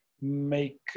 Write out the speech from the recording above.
make